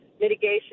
mitigation